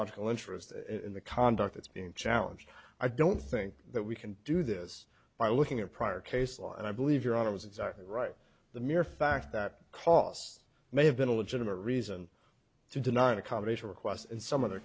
logical interest in the conduct it's being challenged i don't think that we can do this by looking at prior case law and i believe your honor was exactly right the mere fact that costs may have been a legitimate reason to deny an accommodation request and some othe